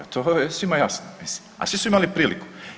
To je svima jasno mislim, a svi su imali priliku.